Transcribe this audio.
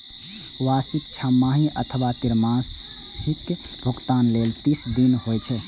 वार्षिक, छमाही अथवा त्रैमासिक भुगतान लेल तीस दिन होइ छै